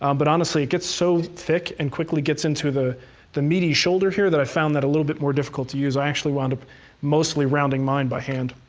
um but honestly, it gets so thick and quickly gets into the the meaty shoulder here, that i've found that a little bit more difficult to use. i actually wound up mostly rounding mine by hand.